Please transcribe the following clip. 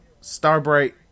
Starbright